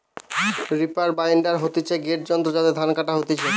reaper binder হতিছে গটে যন্ত্র যাতে ধান কাটা হতিছে